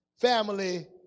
family